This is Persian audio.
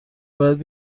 باید